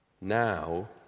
now